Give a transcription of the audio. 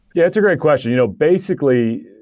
yeah, it's a great question. you know basically,